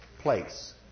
place